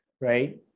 right